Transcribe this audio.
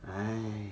!hais!